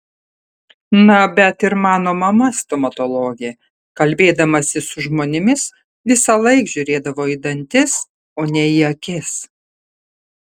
na bet ir mano mama stomatologė kalbėdamasi su žmonėmis visąlaik žiūrėdavo į dantis o ne į akis